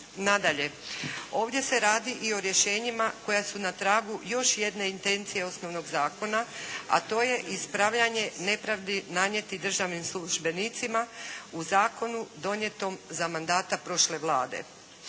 Nadalje, ovdje se radi i o rješenjima koja su na tragu još jedne intencije osnovnog zakona, a to je ispravljanje nepravdi nanijetih državnim službenicima u zakonu donijetom za mandata prošle Vlade